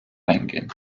eingehen